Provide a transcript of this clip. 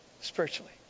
spiritually